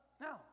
No